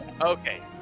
Okay